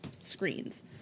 screens